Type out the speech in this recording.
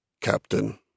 Captain